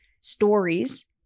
stories